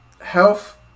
Health